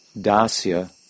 Dasya